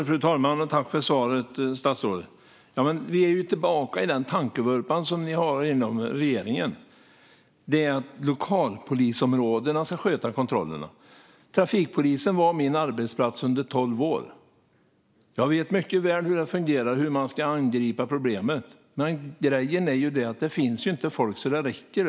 Fru talman! Tack för svaret, statsrådet! Vi är tillbaka i regeringens tankevurpa som går ut på att lokalpolisområdena ska sköta kontrollerna. Trafikpolisen var min arbetsplats under tolv år. Jag vet mycket väl hur det fungerar och hur man ska angripa problemet. Men grejen är att det inte finns folk där ute så att det räcker.